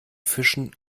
fischen